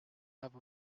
have